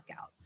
out